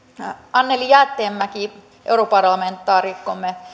anneli jäätteenmäki europarlamentaarikkomme